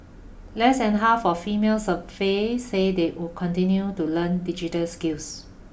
less than half of females surveyed say they would continue to learn digital skills